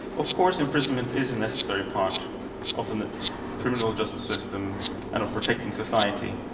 of course, imprisonment is a necessary part of the criminal justice system and of protecting society.